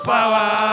Power